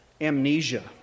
amnesia